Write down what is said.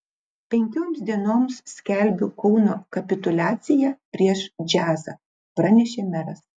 penkioms dienoms skelbiu kauno kapituliaciją prieš džiazą pranešė meras